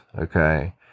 okay